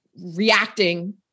reacting